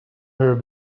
her